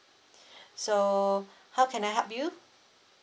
so how can I help you